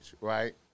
right